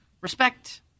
respect